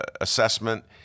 assessment